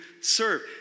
serve